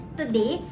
today